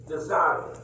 desire